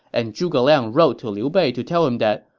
and zhuge liang wrote to liu bei to tell him that,